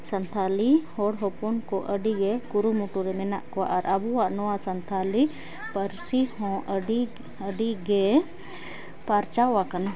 ᱥᱱᱛᱷᱟᱞᱤ ᱦᱚᱲ ᱦᱚᱯᱚᱱᱠᱚ ᱟᱹᱰᱤᱜᱮ ᱠᱩᱨᱩᱢᱩᱴᱩᱨᱮ ᱢᱮᱱᱟᱜ ᱠᱚᱣᱟ ᱟᱨ ᱟᱵᱚᱣᱟᱜ ᱱᱚᱣᱟ ᱥᱟᱱᱛᱟᱲᱤ ᱯᱟᱹᱨᱥᱤᱦᱚᱸ ᱟᱹᱰᱤᱼᱟᱹᱰᱤᱜᱮ ᱯᱟᱨᱪᱟᱣ ᱟᱠᱟᱱᱟ